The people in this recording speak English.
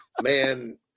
man